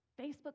Facebook